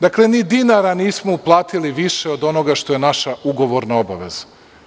Dakle, ni dinara nismo uplatili više od onoga što je naša ugovorna obaveza.